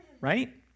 right